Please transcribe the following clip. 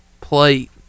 plate